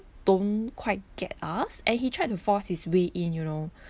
don't quite get us and he tried to force his way in you know